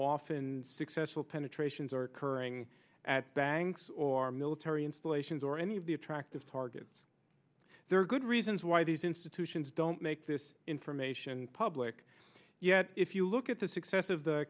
often successful penetrations are occurring at banks or military installations or any of the attractive targets there are good reasons why these institutions don't make this information public yet if you look at the success of the